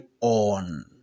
on